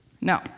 No